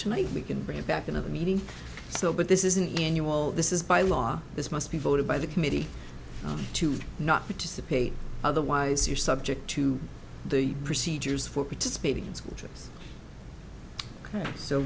tonight we can bring it back into the meeting so but this is an annual this is by law this must be voted by the committee to not participate otherwise you're subject to the procedures for participating